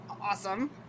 awesome